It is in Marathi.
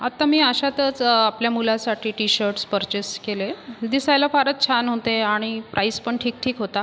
आत्ता मी अशातच आपल्या मुलासाठी टी शर्टस् परचेस केलं आहे दिसायला फारच छान होते आणि प्राइसपण ठीक ठीक होता